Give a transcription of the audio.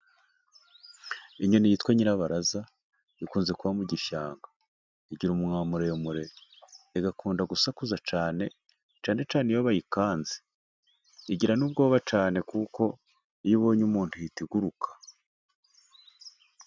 Inyoni yitwa nyirabaraza ikunze kuba mu gishanga, igira umunwa muremure, igakunda gusakuza cyane, cyane cyane iyo bayikanze. Igira n'ubwoba cyane kuko iyo ibonye umuntu ihita iguruka.